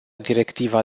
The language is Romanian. directiva